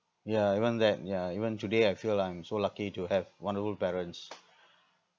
ya even that ya even today I feel I'm so lucky to have wonderful parents